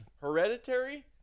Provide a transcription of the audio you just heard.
Hereditary